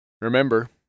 Remember